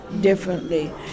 differently